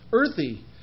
Earthy